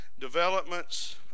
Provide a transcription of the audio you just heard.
developments